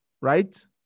right